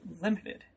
limited